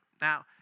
Now